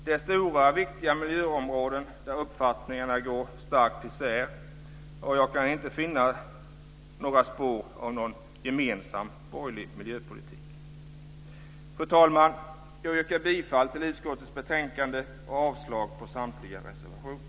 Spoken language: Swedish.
Det är stora, viktiga miljöområden där uppfattningarna går starkt isär, och jag kan inte finna några spår av en gemensam borgerlig miljöpolitik. Fru talman! Jag yrkar bifall till hemställan i utskottets betänkande och avslag på samtliga reservationer.